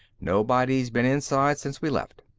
nobody's been inside since we left.